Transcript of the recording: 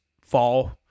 fall